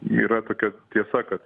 yra tokia tiesa kad